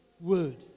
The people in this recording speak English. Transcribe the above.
Word